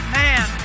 man